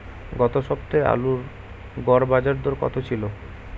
গত সপ্তাহে আলুর গড় বাজারদর কত ছিল?